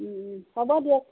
ওম ওম হ'ব দিয়ক